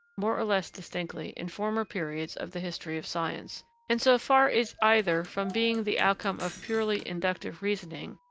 more or less distinctly, in former periods of the history of science and, so far is either from being the outcome of purely inductive reasoning,